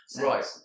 Right